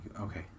Okay